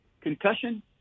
Concussion